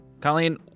Colleen